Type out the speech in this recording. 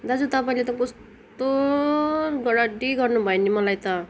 दाजु तपाईँले त कस्तो रड्डी गर्नुभयो नि मलाई त